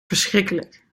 verschrikkelijk